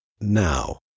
Now